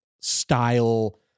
style